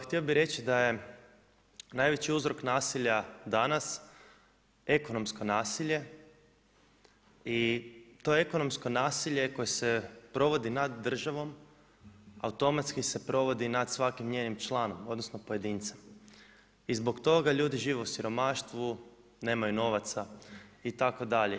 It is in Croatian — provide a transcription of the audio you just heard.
Htio bi reći da je najveći uzrok nasilja danas ekonomsko nasilje i to ekonomsko nasilje koje se provodi nad državom automatski se provodi nad svakim njenim članom odnosno pojedincem i zbog toga ljudi žive u siromaštvu, nemaju novaca itd.